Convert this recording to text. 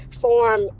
form